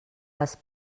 les